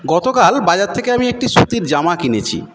গতকাল বাজার থেকে আমি একটি সুতির জামা কিনেছি